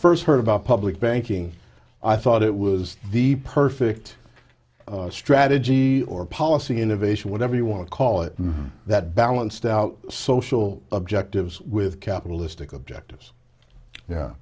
first heard about public banking i thought it was the perfect strategy or policy innovation whatever you want to call it that balanced out social objectives with capitalistic objectives yeah